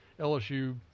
LSU